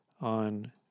on –